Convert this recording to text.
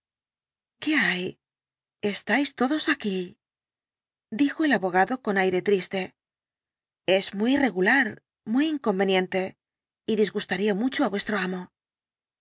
estáis todos aquí dijo el abogado con aire triste es muy irregular muy inconveniente y disgustaría mucho á vuestro amo